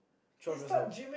twelve years old